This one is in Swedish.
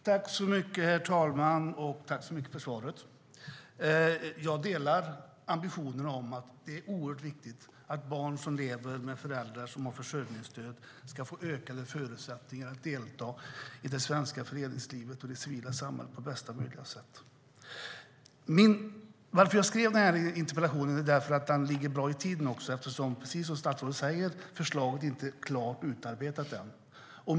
Herr talman! Tack så mycket för svaret! Jag delar ambitionen, och det är oerhört viktigt att barn som lever med föräldrar som har försörjningsstöd ska få ökade förutsättningar att delta i det svenska föreningslivet och det civila samhället på bästa möjliga sätt. Jag skrev interpellationen också för att den ligger bra i tiden. Precis som statsrådet säger är förslaget inte klart och utarbetat än.